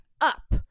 up